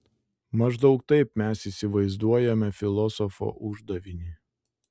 maždaug taip mes įsivaizduojame filosofo uždavinį